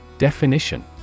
Definition